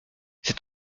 c’est